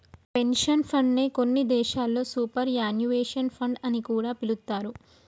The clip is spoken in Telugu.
పెన్షన్ ఫండ్ నే కొన్ని దేశాల్లో సూపర్ యాన్యుయేషన్ ఫండ్ అని కూడా పిలుత్తారు